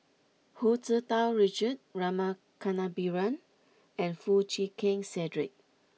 Hu Tsu Tau Richard Rama Kannabiran and Foo Chee Keng Cedric